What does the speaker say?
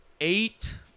eight